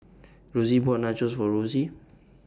Rosy bought Nachos For Rosy